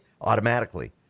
automatically